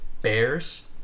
bears